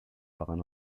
paguen